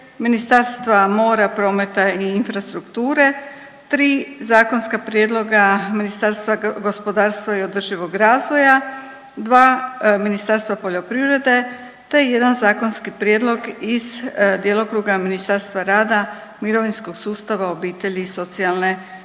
Ministarstva mora, prometa i infrastrukture, tri zakonska prijedloga Ministarstva gospodarstva i održivog razvoja, dva Ministarstva poljoprivrede te jedan zakonski prijedlog iz djelokruga Ministarstva rada, mirovinskog sustava, obitelji i socijalne